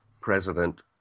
president